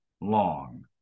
long